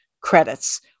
credits